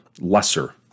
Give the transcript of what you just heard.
lesser